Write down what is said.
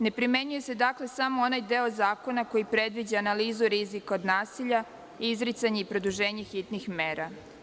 Ne primenjuje se, dakle, samo onaj deo zakona koji predviđa analizu rizika od nasilja i izricanje i produženje hitnih mera.